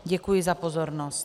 Děkuji za pozornost.